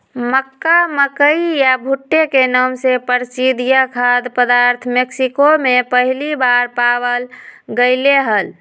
मक्का, मकई या भुट्टे के नाम से प्रसिद्ध यह खाद्य पदार्थ मेक्सिको में पहली बार पावाल गयले हल